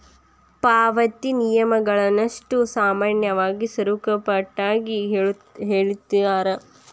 ಪಾವತಿ ನಿಯಮಗಳನ್ನಷ್ಟೋ ಸಾಮಾನ್ಯವಾಗಿ ಸರಕುಪಟ್ಯಾಗ ಹೇಳಿರ್ತಾರ